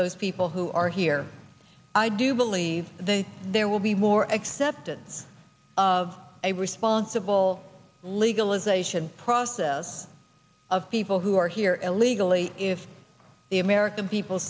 those people who are here i do believe that there will be more acceptance of a responsible legalization process of people who are here illegally if the american people